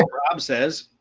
rob rob says,